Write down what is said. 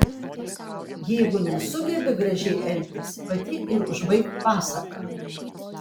jeigu nesugebi gražiai elgtis pati ir užbaik pasaką